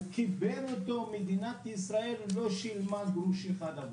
הוא קיבל אותו ממדינת ישראל שלא שילמה גרוש אחד,